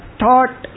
thought